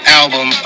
album